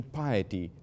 piety